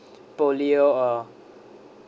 polio or